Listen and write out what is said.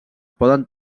poden